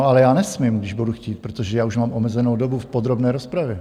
Ale já nesmím, když budu chtít, protože já už mám omezenou dobu v podrobné rozpravě.